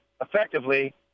effectively